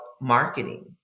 marketing